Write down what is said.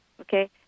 Okay